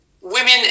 Women